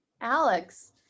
Alex